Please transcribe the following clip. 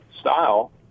style